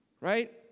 right